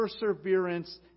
perseverance